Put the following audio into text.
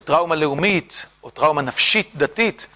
טראומה לאומית או טראומה נפשית דתית...